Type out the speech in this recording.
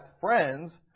friends